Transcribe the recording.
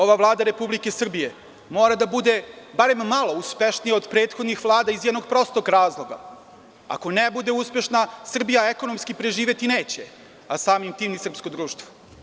Ova Vlada Republike Srbije mora da bude barem malo uspešnija od prethodnih vlada iz jednog prostog razloga – ako ne bude uspešna, Srbija ekonomski preživeti neće, a samim tim ni srpsko društvo.